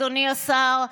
אדוני השר,